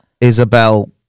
isabel